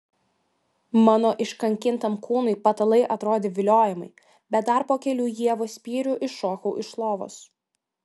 mano iškankintam kūnui patalai atrodė viliojamai bet dar po kelių ievos spyrių iššokau iš lovos